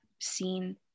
seen